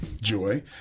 Joy